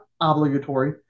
obligatory